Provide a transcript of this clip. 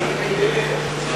וקשה לך להגיד את זה.